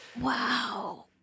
wow